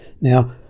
Now